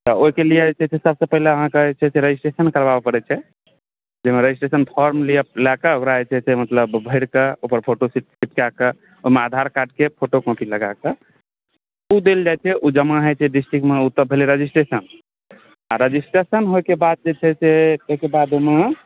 तऽ ओहिके लिए जे छै से सबसँ पहिले अहाँके जे छै से रजिस्ट्रेशन करबाबऽ पड़ै छै जै जाहिमे रजिस्ट्रेशन फॉर्म लऽ कऽ ओकरा जे छै से मतलब भरिके ओहिपर फोटो चिपका कऽ ओहिमे आधारकार्डके फोटो कॉपी लगाकऽ ओ देल जाइ छै ओ तऽ जमा होइ छै डिस्टिकमे ओ तऽ भेलै रजिस्ट्रेशन आ रजिस्ट्रेशन होइके बाद जे छै से एहिके ओहिमे